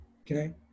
okay